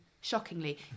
shockingly